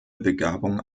begabung